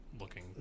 looking